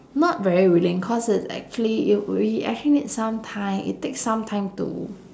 not very willing cause it's actually it we actually need some time it takes some time to